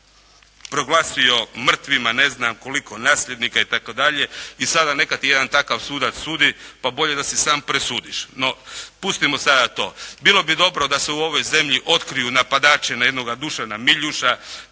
proglasio mrtvim a ne zna koliko nasljednika itd. I sada neka ti jedan takav sudac sudi pa bolje da si sam presudiš. No, pustimo sada to. Bilo bi dobro da se u ovoj zemlji otkriju napadači na jednoga Dušana Miljuša,